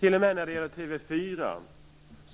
T.o.m. när det gäller TV 4